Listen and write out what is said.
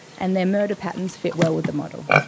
and their murder patterns fit well with the model.